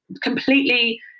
Completely